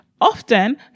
Often